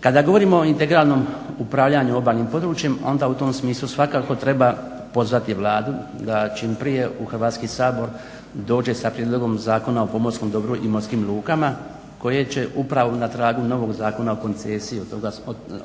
Kada govorimo o integralnom upravljanju obalnim područjem onda u tom smislu svakako treba pozvati Vladu da čim prije u Hrvatski sabor dođe sa prijedlogom Zakona o pomorskom dobru i morskim lukama koje će upravo na tragu novog Zakona